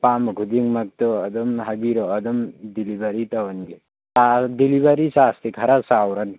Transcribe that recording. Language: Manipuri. ꯑꯄꯥꯝꯕ ꯈꯨꯗꯤꯡꯃꯛꯇꯨ ꯑꯗꯨꯝ ꯍꯥꯏꯕꯤꯔꯛꯑꯣ ꯑꯗꯨꯝ ꯗꯦꯂꯤꯚꯔꯤ ꯇꯧꯍꯟꯒꯦ ꯗꯦꯂꯤꯚꯔꯤ ꯆꯥꯔꯆꯇꯤ ꯈꯔ ꯆꯥꯎꯔꯅꯤ